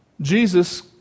Jesus